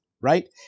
right